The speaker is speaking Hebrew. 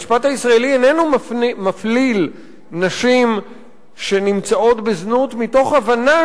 המשפט הישראלי איננו מפליל נשים שנמצאות בזנות מתוך הבנה